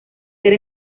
ser